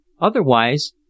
Otherwise